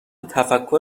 تفکر